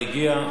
השר הגיע.